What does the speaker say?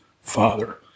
father